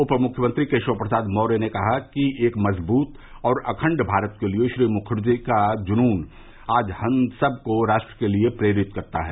उपमुख्यमंत्री केशव प्रसाद मौर्य ने कहा कि एक मजबूत और अखण्ड भारत के लिये श्री मुखर्जी का जुनून आज हम संब को राष्ट्र निर्माण के लिये प्रेरित करता है